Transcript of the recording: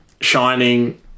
shining